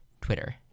Twitter